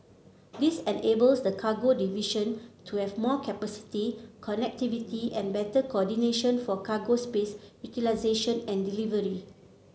this enables the cargo division to have more capacity connectivity and better coordination for cargo space utilisation and delivery